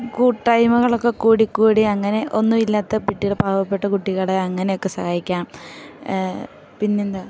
കൂട്ടായ്മകളൊക്കെ കൂടിക്കൂടി അങ്ങനെ ഒന്നും ഇല്ലാത്ത വീട്ടിലെ പാവപ്പെട്ട കുട്ടികളെ അങ്ങനെയൊക്കെ സഹായിക്കാം പിന്നെന്താ